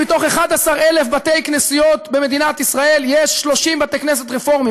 מתוך 11,000 בתי-כנסיות במדינת ישראל יש 30 בתי-כנסת רפורמיים,